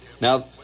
Now